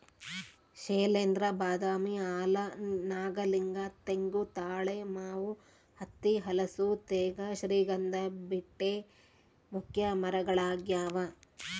ಶೈಲೇಂದ್ರ ಬಾದಾಮಿ ಆಲ ನಾಗಲಿಂಗ ತೆಂಗು ತಾಳೆ ಮಾವು ಹತ್ತಿ ಹಲಸು ತೇಗ ಶ್ರೀಗಂಧ ಬೀಟೆ ಮುಖ್ಯ ಮರಗಳಾಗ್ಯಾವ